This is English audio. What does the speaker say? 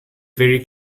very